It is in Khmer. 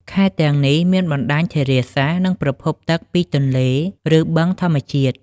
ខេត្តទាំងនេះ មានបណ្តាញធារាសាស្ត្រ និងប្រភពទឹកពីទន្លេ ឬបឹងធម្មជាតិ។